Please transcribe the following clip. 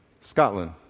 Scotland